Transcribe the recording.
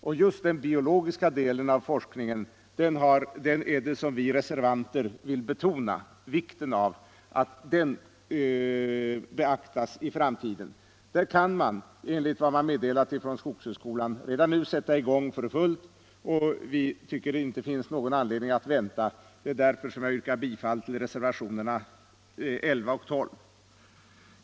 Vi reservanter vill betona vikten av att just den biologiska delen av forskningen beaktas i framtiden. Här kan man, enligt vad man meddelat från skogshögskolan, redan nu sätta i gång för fullt, och vi tycker att det inte finns någon anledning forskning forskning att vänta. Det är därför som jag yrkar bifall till reservationerna 11 och 12.